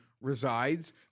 resides